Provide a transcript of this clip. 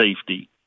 safety